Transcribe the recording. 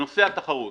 נושא התחרות.